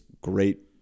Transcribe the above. great